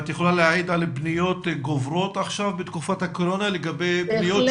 את יכולה להעיד על פניות גוברות עכשיו בתקופת הקורונה לגבי פניות